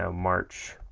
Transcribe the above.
ah march